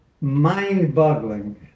mind-boggling